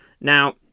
Now